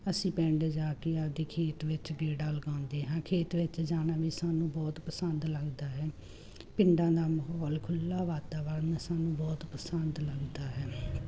ਅਸੀਂ ਪਿੰਡ ਜਾ ਕੇ ਆਪਣੇ ਖੇਤ ਵਿੱਚ ਗੇੜਾ ਲਗਾਉਂਦੇ ਹਾਂ ਖੇਤ ਵਿੱਚ ਜਾਣਾ ਵੀ ਸਾਨੂੰ ਬਹੁਤ ਪਸੰਦ ਲੱਗਦਾ ਹੈ ਪਿੰਡਾਂ ਦਾ ਮਾਹੌਲ ਖੁੱਲ੍ਹਾ ਵਾਤਾਵਰਣ ਸਾਨੂੰ ਬਹੁਤ ਪਸੰਦ ਲੱਗਦਾ ਹੈ